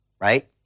right